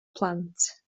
plant